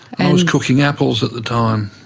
i was cooking apples at the time,